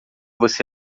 você